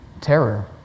terror